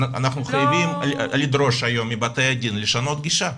אנחנו חייבים לדרוש היום מבתי הדין, לשנות גישה.